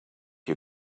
you